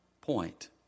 point